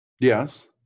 yes